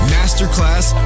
Masterclass